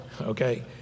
okay